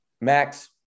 Max